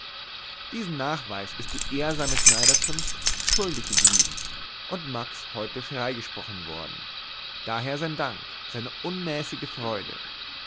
diesen nachweis ist die ehrsame schneiderzunft schuldig geblieben und max heute freigesprochen worden daher sein dank seine unmäßige freude